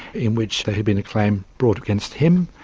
in which there had been a claim brought against him.